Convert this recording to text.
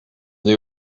they